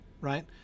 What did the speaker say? right